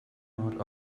out